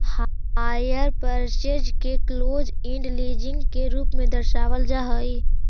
hire purchase के close end leasing के रूप में दर्शावल जा हई